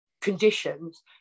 conditions